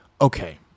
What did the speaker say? okay